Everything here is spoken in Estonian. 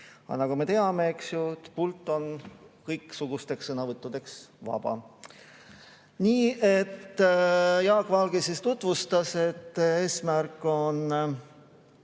Aga nagu me teame, pult on kõiksugusteks sõnavõttudeks vaba. Jaak Valge tutvustas, et eesmärk on